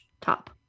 top